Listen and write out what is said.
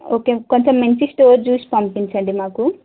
okay కొంచెం మంచి store చూసి పంపించండి మాకు